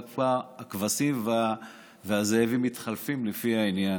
רק שהכבשים והזאבים מתחלפים לפי העניין.